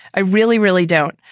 i really, really don't.